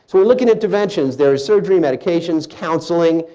so we're looking at interventions there is surgery, medications, counseling,